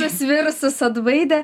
tuos virusus atbaidė